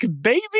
baby